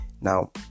Now